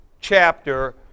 chapter